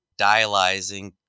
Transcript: dialyzing